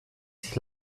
sich